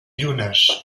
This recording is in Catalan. llunes